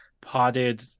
potted